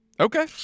Okay